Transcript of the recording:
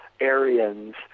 Aryans